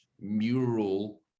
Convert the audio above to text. mural